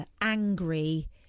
angry